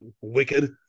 wicked